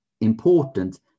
important